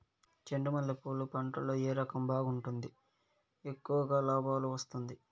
చెండు మల్లె పూలు పంట లో ఏ రకం బాగుంటుంది, ఎక్కువగా లాభాలు వస్తుంది?